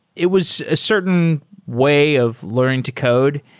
it was a certain way of learning to code,